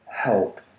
Help